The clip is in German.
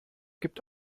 gibt